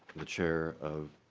the chair of.